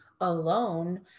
alone